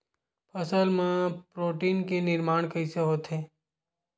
फसल मा प्रोटीन के निर्माण कइसे होथे?